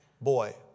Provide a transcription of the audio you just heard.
boy